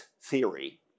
theory